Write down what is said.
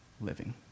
living